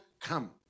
come